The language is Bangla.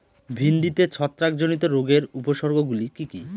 ভিন্ডিতে ছত্রাক জনিত রোগের উপসর্গ গুলি কি কী?